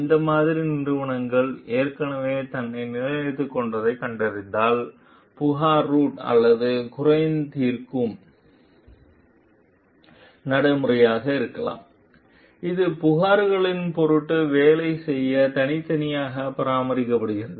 இந்த மாதிரி நிறுவனம் ஏற்கனவே தன்னை நிலைநிறுத்திக் கொண்டதைக் கண்டறிந்தால் புகார் ரூட் அல்லது குறை தீர்க்கும் நடைமுறை இருக்கலாம் இது புகார்களின் பொருட்டு வேலை செய்ய தனித்தனியாக பராமரிக்கப்படுகிறது